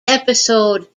episode